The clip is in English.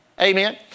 Amen